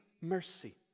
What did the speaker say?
mercy